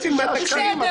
תקשיב.